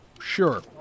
Sure